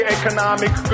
economic